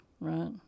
right